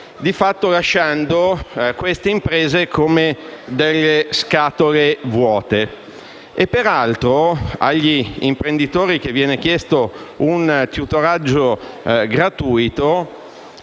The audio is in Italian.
i fornitori, lasciandole di fatto come delle scatole vuote. Peraltro, agli imprenditori che viene chiesto un tutoraggio gratuito,